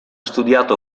studiato